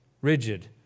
rigid